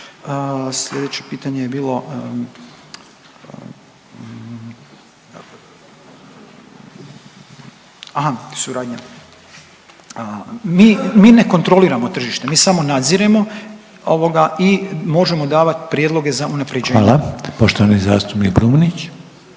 Sljedeće pitanje je bilo aha suradnja. Mi ne kontroliramo tržište mi samo nadziremo i možemo davat prijedloge za unapređenja. **Reiner, Željko (HDZ)** Hvala. Poštovani zastupnik Brumnić.